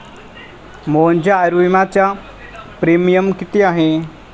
मोहनच्या आयुर्विम्याचा प्रीमियम किती आहे?